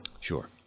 Sure